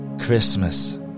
Christmas